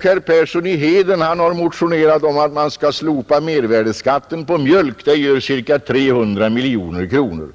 Herr Persson i Heden m.fl. har motionerat om att man skall slopa mervärdeskatten på mjölk. Det gör cirka 300 miljoner kronor.